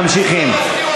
ממשיכים.